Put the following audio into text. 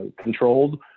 controlled